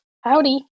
Howdy